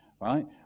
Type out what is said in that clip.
right